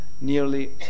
Nearly